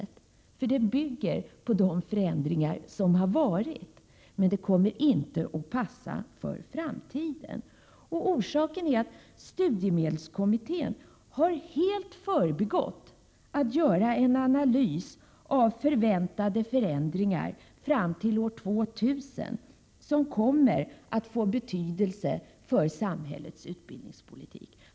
Det föreslagna systemet bygger nämligen på tidigare förändringar, men det kommer inte att passa för framtiden. Orsaken härtill är att studiemedelskommittén helt har underlåtit att göra en analys av de förändringar som väntas fram till år 2000 och som kommer att få betydelse för samhällets utbildningspolitik.